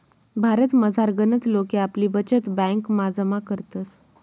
भारतमझार गनच लोके आपली बचत ब्यांकमा जमा करतस